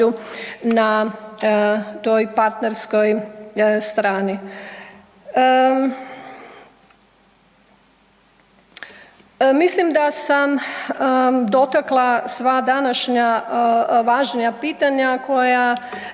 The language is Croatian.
na toj partnerskoj strani. Mislim da sam dotakla sva današnja važnija pitanja koja